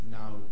now